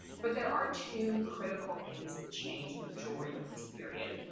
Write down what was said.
but there are two critical things that change with jewelry from this period,